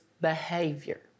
behavior